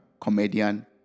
comedian